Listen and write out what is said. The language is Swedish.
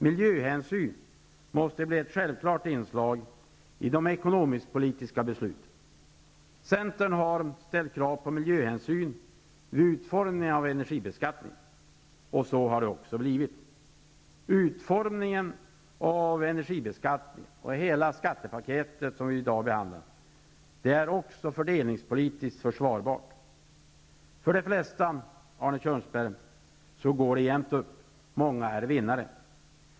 Miljöhänsyn måste bli ett självklart inslag i de ekonomisk-politiska besluten. Centern har ställt krav på miljöhänsyn vid utformningen av energibeskattningen, och så har det också blivit. Utformningen av energibeskattningen och hela skattepaketet som vi i dag behandlar är också fördelningspolitiskt försvarbar. För de flesta, Arne Kjörnsberg, går det jämnt upp. Många är vinnare.